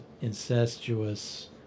incestuous